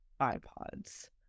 iPods